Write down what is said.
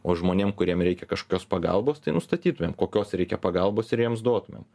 o žmonėm kuriem reikia kažkokios pagalbos tai nustatytumėm kokios reikia pagalbos ir jiems duotumėm